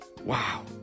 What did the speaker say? Wow